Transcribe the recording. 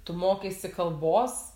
tu mokaisi kalbos